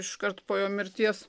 iškart po jo mirties